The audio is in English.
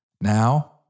Now